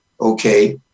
Okay